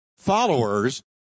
followers